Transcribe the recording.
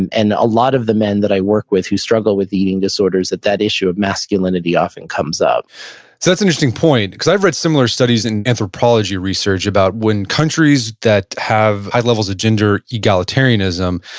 and and a lot of the men that i work with who struggle with eating disorders, that that issue of masculinity often comes up so that's interesting point. because i've read similar studies in anthropology research about when countries that have high levels of gender egalitarianism,